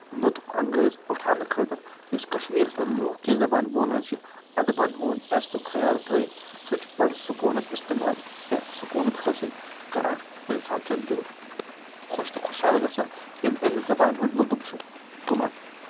لُطُف انٛگٲز اُٹھنہٕ خٲطرٕ یُس کَشمیٖرَس منٛز لوٗکھ یہِ زَبان بولان چھِ اَدبَن ہُنٛد عزتُک خیال تھٲیِتھ سُہ چھُ بَڑٕ سکوٗنَت اِستعمال یا سکوٗنَت حٲصِل کَران اِنسان چھُ دِل خۄش تہٕ خۄشحال گژھان ییٚلہِ اَمہِ زَبانہِ ہُنٛد لُطُف چھُ